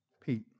Pete